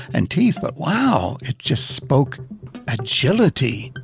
and teeth, but wow, it just spoke agility.